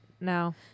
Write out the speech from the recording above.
No